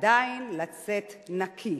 ועדיין לצאת נקי.